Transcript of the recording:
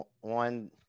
one